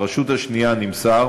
מהרשות השנייה נמסר